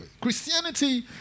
Christianity